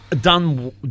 Done